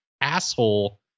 asshole